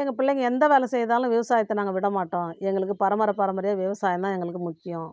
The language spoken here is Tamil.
எங்கள் பிள்ளைங்க எந்த வேலை செய்தாலும் விவசாயத்தை நாங்கள் விடமாட்டோம் எங்களுக்கு பரம்பர பரம்பரையாக விவசாயம் தான் எங்களுக்கு முக்கியம்